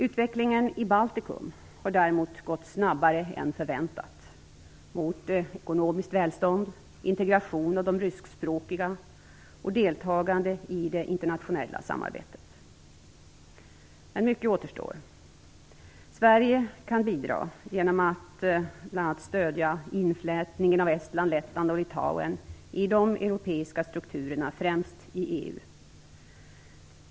Utvecklingen i Baltikum har däremot gått snabbare än förväntat, mot ekonomiskt välstånd, integration av ryskspråkiga och deltagande i det internationella samarbetet. Men mycket återstår. Sverige kan bidra bl.a. genom att stödja inflätningen av Estland, Lettland och Litauen i de europeiska strukturerna, främst i EU.